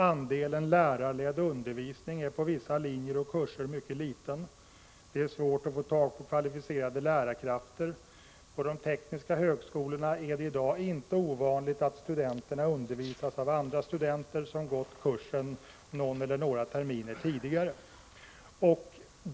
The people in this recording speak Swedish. Andelen lärarledd undervisning är på vissa linjer och kurser mycket liten. Det är svårt att få tag på kvalificerade lärarkrafter. På de tekniska högskolorna är det i dag inte ovanligt att studenterna undervisas av andra studenter, som har gått kursen någon eller några terminer tidigare.